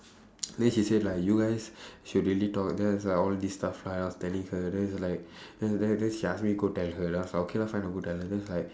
then she said like you guys should really talk then I was like all these stuff right I was telling her then it's like then then then she ask me go tell her then I was like okay lah fine I go tell her then it's like